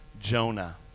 Jonah